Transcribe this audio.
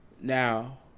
Now